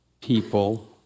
people